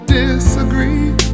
disagree